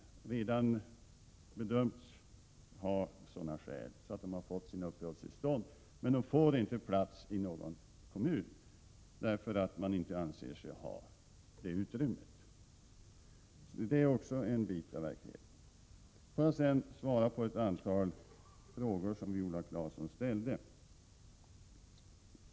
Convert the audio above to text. De har alltså bedömts ha sådana skäl att de har fått uppehållstillstånd, men de får inte plats i någon kommun, eftersom man inte anser sig ha det utrymmet. Detta är också en bit av verkligheten. Jag vill sedan svara på ett antal frågor som Viola Claesson ställde.